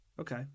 Okay